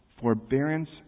forbearance